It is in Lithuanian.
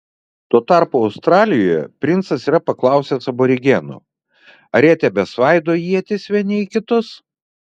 tuo tarpu australijoje princas yra paklausęs aborigenų ar jie tebesvaido ietis vieni į kitus